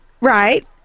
right